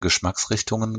geschmacksrichtungen